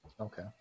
okay